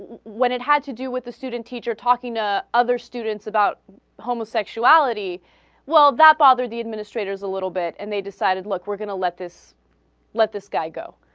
when it had to do with the student teacher talking ah. other students about homosexuality well that bother the administrators a little bit and they decided look we're gonna let this let this guy go